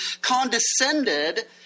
condescended